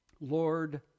Lord